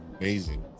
amazing